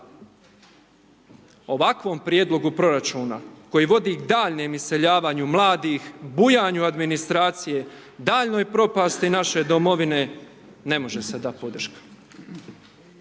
Ovakvom prijedlogu proračuna koji vodi daljnjem iseljavanju mladih, bujanju administracije, daljnjoj propasti naše Domovine, ne može se dati podrška.